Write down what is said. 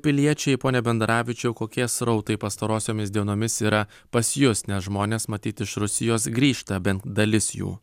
piliečiai pone bendaravičiui kokie srautai pastarosiomis dienomis yra pas jus nes žmonės matyt iš rusijos grįžta bent dalis jų